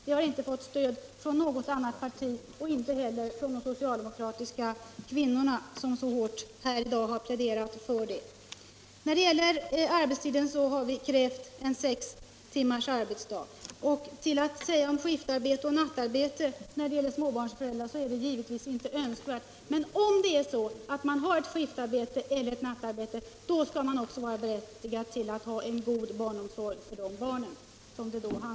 Vpk har inte fått stöd från något annat parti och inte heller från de socialdemokratiska kvinnorna, vilka här i dag så starkt har pläderat för en arbetstidsförkortning. Vi har krävt sex timmars arbetsdag. Skiftarbete och nattarbete är givetvis inte önskvärt för småbarnsföräldrar, men om man har skiftarbete eller nattarbete, skall man då inte vara berättigad till en god omsorg om barnen?